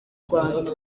rwanda